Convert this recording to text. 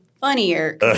funnier